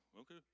okay